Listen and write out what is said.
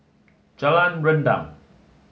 Jalan Rendang